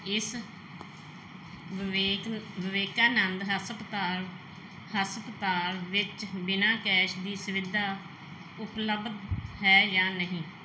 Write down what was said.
ਇਸ ਵਿਵੇਕ ਵਿਵੇਕਾਨੰਦ ਹਸਪਤਾਲ ਹਸਪਤਾਲ ਵਿੱਚ ਬਿਨਾਂ ਕੈਸ਼ ਦੀ ਸੁਵਿਧਾ ਉਪਲੱਬਧ ਹੈ ਜਾਂ ਨਹੀਂ